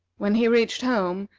when he reached home,